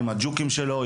עם הג'וקים שלו,